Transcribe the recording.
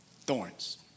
thorns